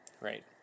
Right